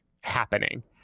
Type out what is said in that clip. happening